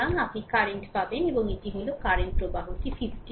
সুতরাং আপনি কারেন্ট পাবেন এবং এটি হল কারেন্ট প্রবাহটি 50